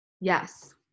Yes